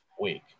week